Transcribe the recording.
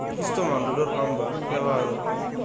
উৎকৃষ্ট মানদণ্ডৰ কাম বা সেৱা আৰু